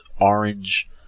orange